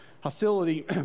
Hostility